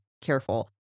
careful